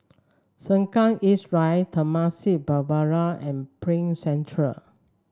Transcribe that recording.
Sengkang East Drive Temasek Boulevard and Prime Centre